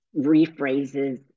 rephrases